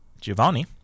Giovanni